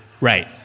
Right